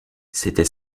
c’était